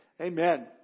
Amen